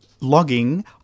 logging